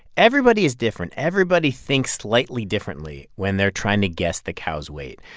everybody is different. everybody thinks slightly differently when they're trying to guess the cow's weight.